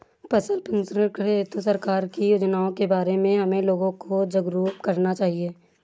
फसल प्रसंस्करण हेतु सरकार की योजनाओं के बारे में हमें लोगों को जागरूक करना चाहिए